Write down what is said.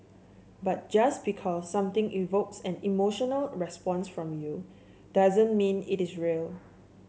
but just because something evokes an emotional response from you doesn't mean it is real